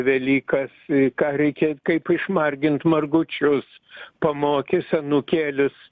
velykas į ką reikia kaip išmargint margučius pamokys anūkėlius